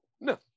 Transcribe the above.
no